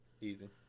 Easy